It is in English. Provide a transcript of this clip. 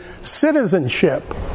citizenship